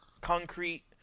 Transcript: concrete